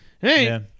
Hey